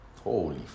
Holy